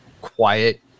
quiet